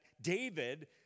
David